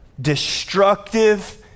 destructive